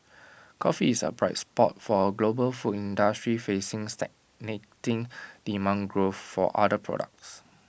coffee is A bright spot for A global food industry facing stagnating demand growth for other products